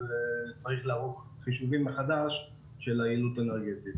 צריך לערוך חישובים מחדש של היעילות האנרגטית.